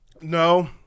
no